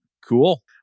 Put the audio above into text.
Cool